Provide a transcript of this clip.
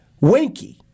Winky